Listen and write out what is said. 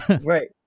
right